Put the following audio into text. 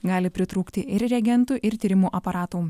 gali pritrūkti ir reagentų ir tyrimų aparatų